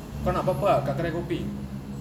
kau nak apa apa tak kat kedai kopi